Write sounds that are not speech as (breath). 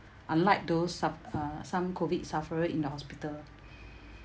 unlike those some uh some COVID sufferer in the hospital (breath)